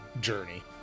journey